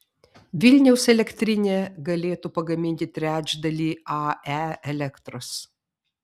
vilniaus elektrinė galėtų pagaminti trečdalį ae elektros